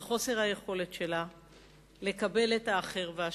על חוסר היכולת שלה לקבל את האחר והשונה.